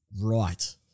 right